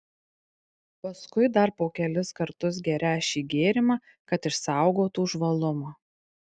paskui dar po kelis kartus gerią šį gėrimą kad išsaugotų žvalumą